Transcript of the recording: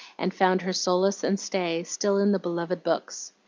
and found her solace and stay still in the beloved books.